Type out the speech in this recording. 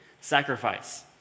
sacrifice